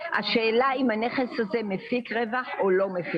השאלה אם הנכס הזה מפיק רווח או לא.